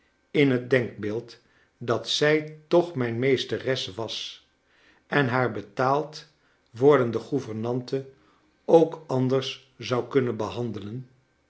in net denkbeeld dat zij toch mijn meesteres was en haar betaald wordende gouvernante ook anders zou kunnen behandelen